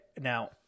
Now